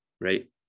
right